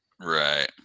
Right